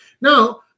Now